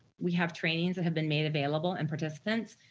we have trainings that have been made available and participants.